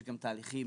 יש גם תהליכים